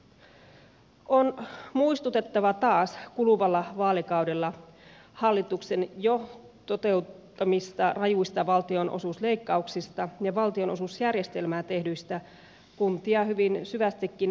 on muistutettava taas kuluvalla vaalikaudella hallituksen jo toteuttamista rajuista valtionosuusleikkauksista ja valtionosuusjärjestelmään tehdyistä kuntia hyvin syvästikin eriarvoistavista muutoksista